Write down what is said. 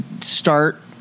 start